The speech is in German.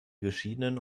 geschiedenen